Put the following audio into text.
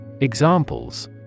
Examples